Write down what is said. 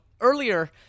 earlier –